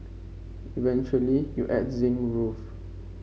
eventually you add the zinc roof